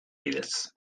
bidez